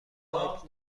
تایپ